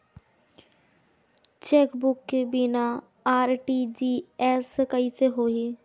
Chequebook के बिना RTGS कइसे होही?